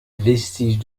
vestige